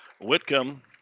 Whitcomb